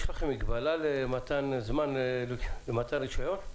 יש לכם מגבלת זמן למתן רישיון?